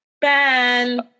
Ben